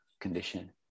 condition